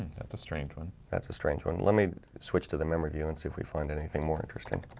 that's a strange one. that's a strange one. let me switch to the memory of you and see if we find anything more interesting